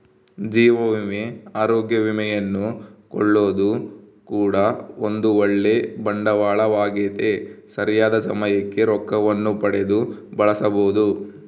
ಜೀವ ವಿಮೆ, ಅರೋಗ್ಯ ವಿಮೆಯನ್ನು ಕೊಳ್ಳೊದು ಕೂಡ ಒಂದು ಓಳ್ಳೆ ಬಂಡವಾಳವಾಗೆತೆ, ಸರಿಯಾದ ಸಮಯಕ್ಕೆ ರೊಕ್ಕವನ್ನು ಪಡೆದು ಬಳಸಬೊದು